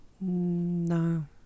No